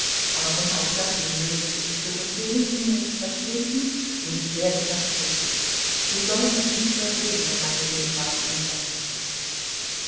aber wenn auch das unmöglich ist so befehlen sie mir zu verschwinden und ich werde verschwinden sie sollen mich nicht mehr sehen wenn meine gegenwart ihnen lästig ist